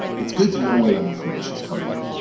it's good to know where that information's coming from.